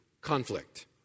conflict